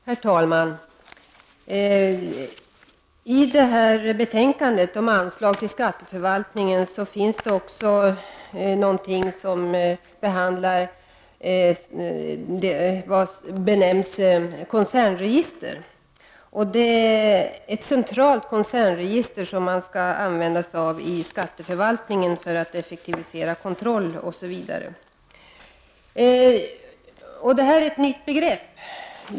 Herr talman! I betänkandet om anslag till skatteförvaltningen behandlas också någonting som benämns koncernregister. Det är ett centralt koncernregister som man skall använda sig av i skatteförvaltningen för att effektivisera kontroll, osv. Det är ett nytt begrepp.